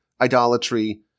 idolatry